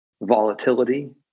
volatility